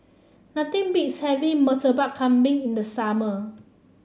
nothing beats having Murtabak Kambing in the summer